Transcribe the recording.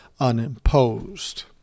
unimposed